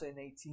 2018